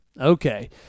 Okay